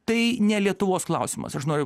tai ne lietuvos klausimas aš noriu